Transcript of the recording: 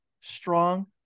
strong